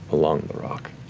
along the rock.